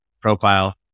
profile